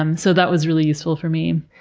and so that was really useful for me.